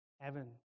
heaven